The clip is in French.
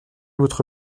votre